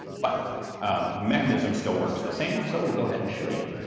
but the mechanism still works the same so we'll go ahead and show you.